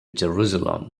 jerusalem